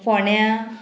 फोण्या